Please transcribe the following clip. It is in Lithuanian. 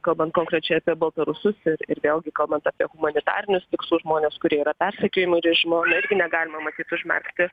kalbant konkrečiai apie baltarusius ir vėlgi kalbant apie humanitarinius tikslus žmonės kurie yra persekiojami režimo irgi negalima matyt užmerkti